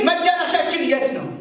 you know